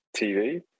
TV